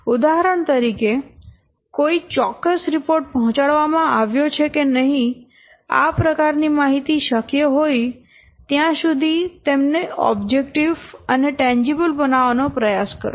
ઉદાહરણ તરીકે કોઈ ચોક્કસ રિપોર્ટ પહોંચાડવામાં આવ્યો છે કે નહીં આ પ્રકારની માહિતી શક્ય હોય ત્યાં સુધી તેમને ઓબ્જેક્ટીવ અને ટેન્જીબલ બનાવવાનો પ્રયાસ કરો